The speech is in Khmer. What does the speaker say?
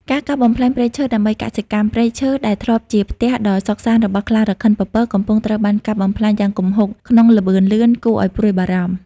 ការកាប់បំផ្លាញព្រៃឈើដើម្បីកសិកម្ម ព្រៃឈើដែលធ្លាប់ជាផ្ទះដ៏សុខសាន្តរបស់ខ្លារខិនពពក កំពុងត្រូវបានកាប់បំផ្លាញយ៉ាងគំហុកក្នុងល្បឿនលឿនគួរឲ្យព្រួយបារម្ភ។